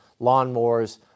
lawnmowers